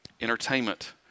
Entertainment